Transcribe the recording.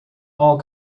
all